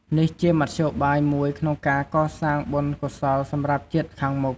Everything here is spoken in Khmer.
នេះជាមធ្យោបាយមួយក្នុងការសាងបុណ្យកុសលសម្រាប់ជាតិខាងមុខ។